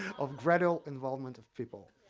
of greater involvement of people.